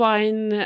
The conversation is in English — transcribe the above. Wine